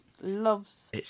loves